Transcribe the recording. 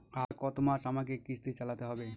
আর কতমাস আমাকে কিস্তি চালাতে হবে?